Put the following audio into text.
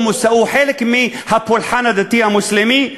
הוא חלק מהפולחן הדתי המוסלמי,